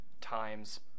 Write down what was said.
times